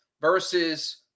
versus